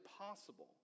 possible